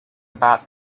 about